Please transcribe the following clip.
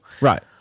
Right